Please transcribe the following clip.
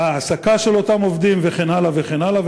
בהעסקה של אותם עובדים וכן הלאה וכן הלאה.